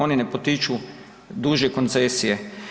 Oni ne potiču duže koncesije.